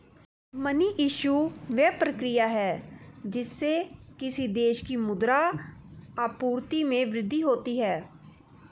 money issue, वह प्रक्रिया है जिससे किसी देश की मुद्रा आपूर्ति में वृद्धि होती है